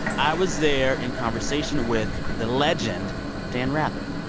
i was there in conversation with the legend dan rather.